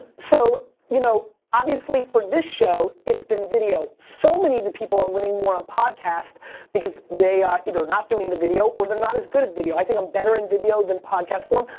so, you know, obviously for this show, it's been video. so many of the people are winning more on podcast because they, either not doing the video or they're not as good at video. i think i'm better in video than podcast form.